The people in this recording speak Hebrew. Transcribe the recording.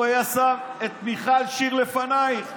הוא היה שם את מיכל שיר לפנייך.